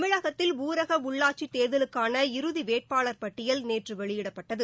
தமிழகத்தில் ஊரக உள்ளாட்சி தேர்தலுக்கான இறுதி வேட்பாளர் பட்டியல் நேற்று வெளியிடப்பட்டது